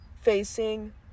facing